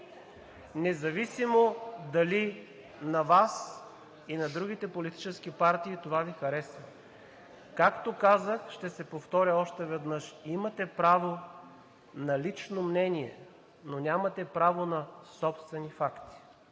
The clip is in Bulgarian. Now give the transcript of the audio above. Независимо дали на Вас и на другите политически партии това Ви харесва. Както казах, ще се повторя още веднъж: имате право на лично мнение, но нямате право на собствени факти.